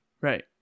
right